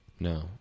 No